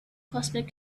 cosmic